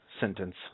sentence